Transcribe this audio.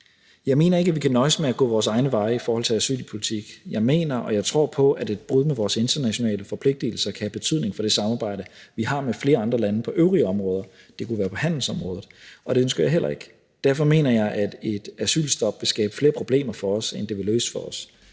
Jeg mener ikke, at vi kan nøjes med at gå vores egne veje i forhold til asylpolitik. Jeg mener og jeg tror på, at et brud med vores internationale forpligtigelser kan have betydning for det samarbejde, vi har med flere andre lande på øvrige områder – det kunne være på handelsområdet – og det ønsker jeg heller ikke. Derfor mener jeg, at et asylstop vil skabe flere problemer for os, end det vil løse for os.